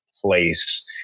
place